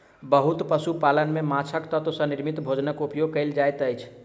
बहुत पशु पालन में माँछक तत्व सॅ निर्मित भोजनक उपयोग कयल जाइत अछि